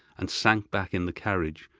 and sank back in the carriage,